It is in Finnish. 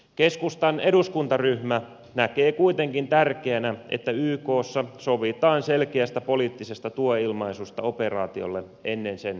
keskustan eduskuntaryhmä näkee kuitenkin tärkeänä että ykssa sovitaan selkeästä poliittisesta tuen ilmaisusta operaatiolle ennen sen alkamista